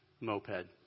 moped